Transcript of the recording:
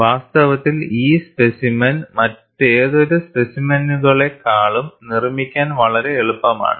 വാസ്തവത്തിൽഈ specimen മറ്റേതൊരു സ്പെസിമെനുകളെക്കാളും നിർമ്മിക്കാൻ വളരെ എളുപ്പമാണ്